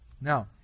Now